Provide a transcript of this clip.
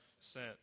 sent